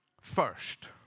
first